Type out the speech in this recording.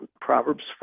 Proverbs